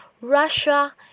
Russia